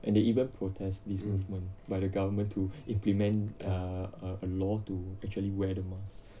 and they even protest this movement by the government to implement uh a a law to actually wear the mask